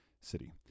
city